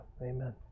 Amen